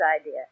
idea